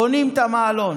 בונים את המעלון,